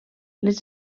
les